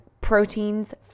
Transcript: proteins